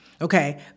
Okay